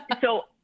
So-